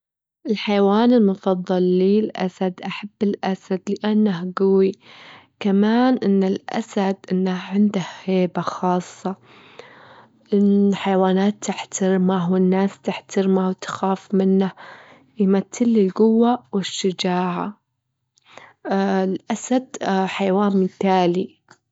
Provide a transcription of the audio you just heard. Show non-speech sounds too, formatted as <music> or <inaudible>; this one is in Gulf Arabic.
الحيوان المفضل لي الأسد، أحب الأسد لأنه جوي، كمان أن الأسد أنه عنده هيبة خاصة، <hesitation> الحيوانات تحترمه، والناس تحترمه وتخاف منه، يمتلي الجوة والشجاعة، الأسد حيوان متالي.